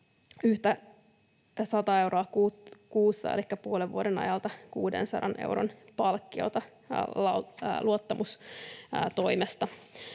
yhtä 100 euroa kuukaudessa, elikkä puolen vuoden ajalta 600 euron palkkiota luottamustoimesta,